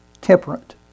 Temperate